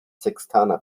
sextaner